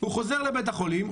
הוא חוזר לבית החולים,